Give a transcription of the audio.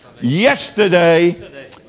Yesterday